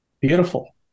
Beautiful